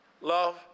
Love